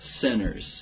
sinners